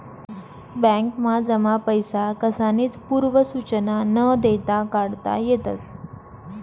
बॅकमा जमा पैसा कसानीच पूर्व सुचना न देता काढता येतस